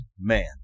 man